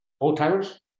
old-timers